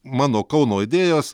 mano kauno idėjos